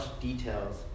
details